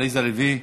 עליזה לביא,